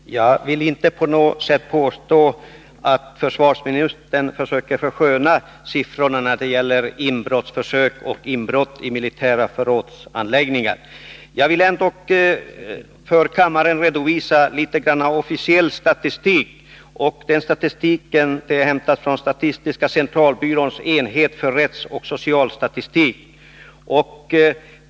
Herr talman! Jag vill inte på något sätt påstå att försvarsministern försöker försköna siffrorna när det gäller inbrottsförsök och inbrott i militära förrådsanläggningar. Jag vill ändock för kammaren redovisa litet officiell statistik. Den statistiken är hämtad från statistiska centralbyråns enhet för rättsoch socialstatistik.